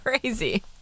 crazy